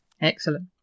Excellent